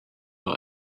our